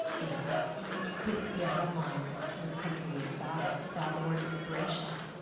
you know so you couldn't see a headline in this country about it without the word inspirational.